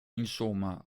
insomma